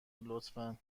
لطفا